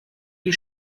die